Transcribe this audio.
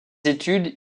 études